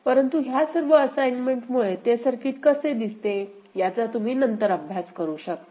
परंतु ह्या सर्व असाइन्मेंट मुळे ते सर्किट कसे दिसते याचा तुम्ही नंतर अभ्यास करू शकता